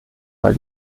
war